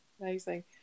amazing